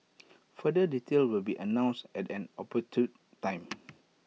further detail will be announced at an opportune time